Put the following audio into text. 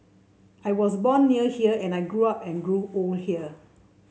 I was born near here and I grew up and grew old here